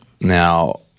Now